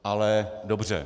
Ale dobře.